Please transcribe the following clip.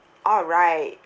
alright